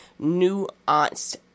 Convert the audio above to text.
nuanced